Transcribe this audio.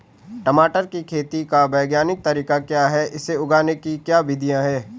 टमाटर की खेती का वैज्ञानिक तरीका क्या है इसे उगाने की क्या विधियाँ हैं?